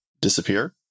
disappear